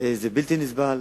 שזה בלתי נסבל,